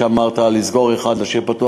שאמרת לסגור אחד ואחד להשאיר פתוח,